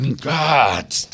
god